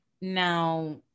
Now